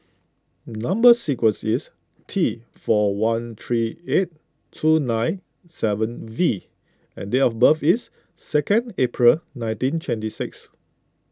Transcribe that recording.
Number Sequence is T four one three eight two nine seven V and date of birth is second April nineteen twenty six